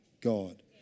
God